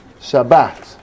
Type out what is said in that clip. Shabbat